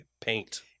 paint